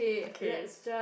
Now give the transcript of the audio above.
okay